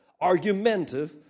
argumentative